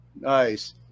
Nice